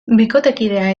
bikotekidea